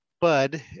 bud